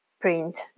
print